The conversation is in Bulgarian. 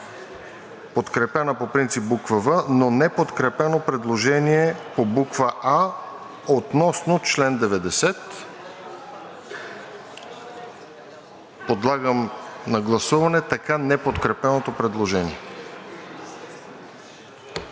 подкрепена по принцип буква „в“, но неподкрепено предложение по буква „а“ относно чл. 90. Подлагам на гласуване така неподкрепеното предложение. Гласували